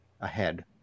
ahead